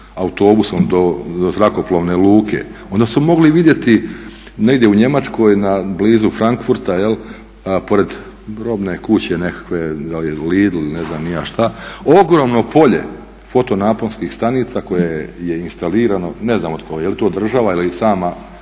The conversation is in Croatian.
autobusom do zrakoplovne luke, onda su mogli vidjeti negdje u Njemačkoj blizu Frankfurta pored robne kuće nekakve da li je Lidl ili ne znam ni ja šta ogromno polje foto naponskih stanica koje je instalirano ne znam od koga. Je li to država ili sama